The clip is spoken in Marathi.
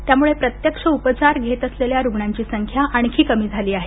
त्यामुळे प्रत्यक्ष उपचार घेत असलेल्या रुग्णांची संख्या आणखी कमी झाली आहे